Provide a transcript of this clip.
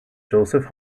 joseph